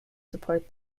support